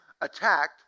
attacked